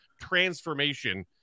transformation